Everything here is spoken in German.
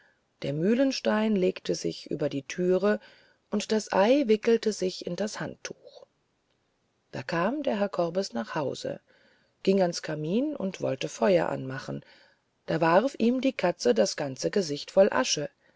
der mühlenstein legte sich über die thüre und das ei wickelte sich in das handtuch da kam der herr korbes nach haus ging ans kamin und wollte feuer anmachen da warf ihm die katze das ganze gesicht voll asche